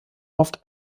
oft